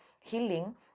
healing